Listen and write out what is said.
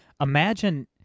imagine